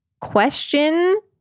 question